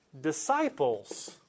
Disciples